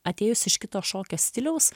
atėjus iš kito šokio stiliaus